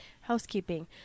Housekeeping